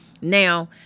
Now